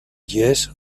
jesse